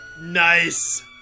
nice